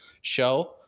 show